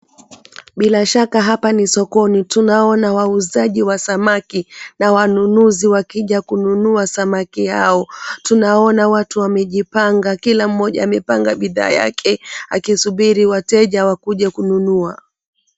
Bila shaka hapa ni sokoni ,tunaona wauzaji wasamaki na wanunuzi wakija kununua samaki yao. Tunaona watu wamejipanga kila mmoja amepanga bidhaa yake akisubiri wateja wakuje kununua.